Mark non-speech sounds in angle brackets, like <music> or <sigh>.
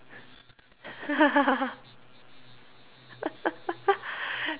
<laughs>